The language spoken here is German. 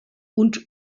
und